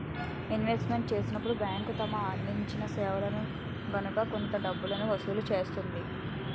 investment చేసినప్పుడు bank తను అందించిన సేవలకు గాను కొంత డబ్బును వసూలు చేస్తుంది